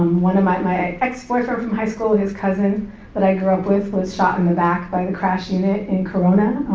one of my ex-boyfriends from high school, his cousin that i grew up with was shot in the back by the and crash unit in corona,